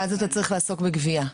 ואז אתה צריך לעסוק בגבייה.